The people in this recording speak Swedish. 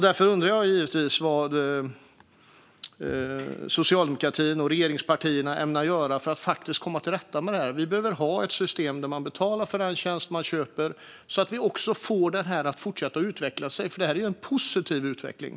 Därför undrar jag givetvis vad Socialdemokraterna och regeringspartierna ämnar göra för att faktiskt komma till rätta med det här. Vi behöver ha ett system där man betalar för den tjänst man använder, så att vi får detta att fortsätta utvecklas, för det är ju en positiv utveckling.